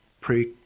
pre